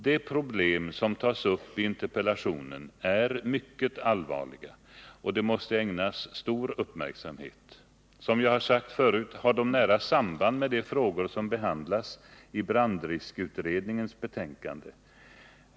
De problem som tas upp i interpellationen är mycket allvarliga och de måste ägnas stor uppmärksamhet. Som jag har sagt förut har de nära samband med de frågor som behandlas i brandriskutredningens betänkande.